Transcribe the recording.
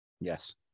Yes